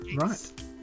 right